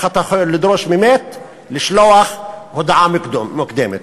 איך אתה יכול לדרוש ממת לשלוח הודעה מוקדמת?